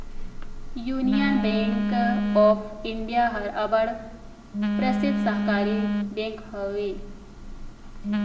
union bank of India हर अब्बड़ परसिद्ध सहकारी बेंक हवे